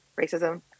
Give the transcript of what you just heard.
racism